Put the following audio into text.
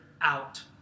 out